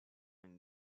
une